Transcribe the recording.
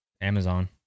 amazon